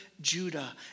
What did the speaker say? Judah